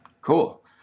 Cool